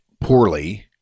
Poorly